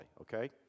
okay